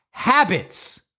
Habits